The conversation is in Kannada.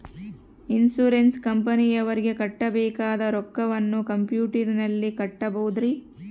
ಇನ್ಸೂರೆನ್ಸ್ ಕಂಪನಿಯವರಿಗೆ ಕಟ್ಟಬೇಕಾದ ರೊಕ್ಕವನ್ನು ಕಂಪ್ಯೂಟರನಲ್ಲಿ ಕಟ್ಟಬಹುದ್ರಿ?